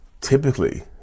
typically